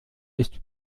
ist